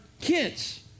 kids